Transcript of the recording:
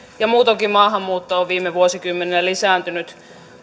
ja muutoinkin maahanmuutto on viime vuosikymmeninä lisääntynyt